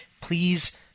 please